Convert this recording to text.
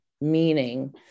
meaning